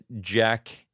Jack